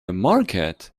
market